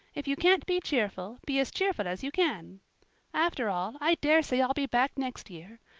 if you can't be cheerful, be as cheerful as you can after all, i dare say i'll be back next year.